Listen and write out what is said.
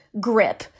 grip